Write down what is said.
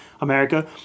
America